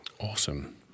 Awesome